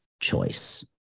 choice